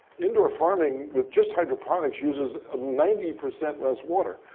indoor farming with just hydroponics uses ninety percent less water.